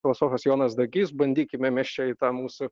filosofas jonas dagys bandykime mes čia į tą mūsų